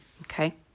okay